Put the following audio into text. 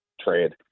trade